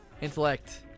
intellect